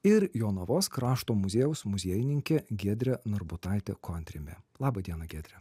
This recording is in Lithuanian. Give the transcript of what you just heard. ir jonavos krašto muziejaus muziejininkė giedrė narbutaitė kontrimė laba diena giedre